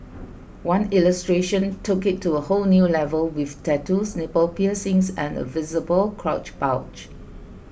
one illustration took it to a whole new level with tattoos nipple piercings and a visible crotch bulge